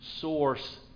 source